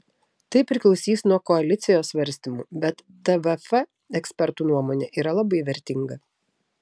tai priklausys nuo koalicijos svarstymų bet tvf ekspertų nuomonė yra labai vertinga